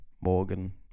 Morgan